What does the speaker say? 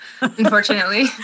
Unfortunately